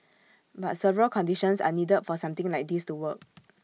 but several conditions are needed for something like this to work